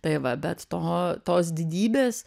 tai va bet to tos didybės